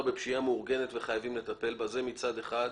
בפשיעה מאורגנת וחייבים לטפל בזה מצד אחד.